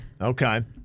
okay